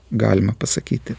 galima pasakyti